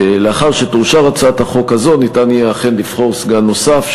לאחר שתאושר הצעת החוק הזאת ניתן יהיה אכן לבחור סגן נוסף,